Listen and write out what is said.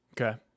Okay